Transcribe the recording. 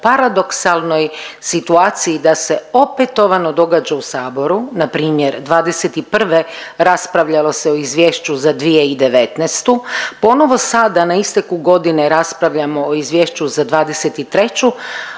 paradoksalnoj situaciji da se opetovano događa u Saboru na primjer 2021. raspravljalo se o Izvješću za 2019. Ponovo sada na isteku godine raspravljamo o Izvješću za 2023.,